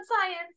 science